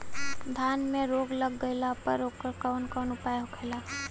धान में रोग लग गईला पर उकर कवन कवन उपाय होखेला?